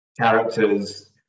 characters